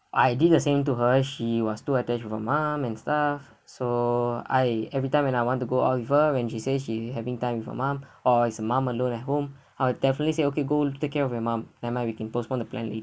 I did the same to her she was too attached with her mom and stuff so I everytime when I want to go out with her when she say she having time with her mum or is mom alone at home I would definitely say okay go take care of your mum never mind we can postpone the plan late